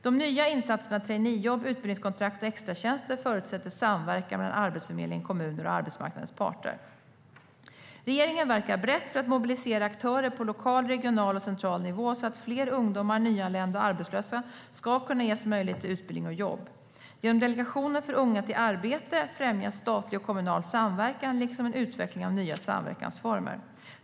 De nya insatserna traineejobb, utbildningskontrakt och extratjänster förutsätter samverkan mellan Arbetsförmedlingen, kommuner och arbetsmarknadens parter. Regeringen verkar brett för att mobilisera aktörer på lokal, regional och central nivå så att fler ungdomar, nyanlända och arbetslösa ska kunna ges möjlighet till utbildning och jobb. Genom Delegationen för unga till arbete främjas statlig och kommunal samverkan liksom en utveckling av nya samverkansformer.